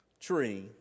tree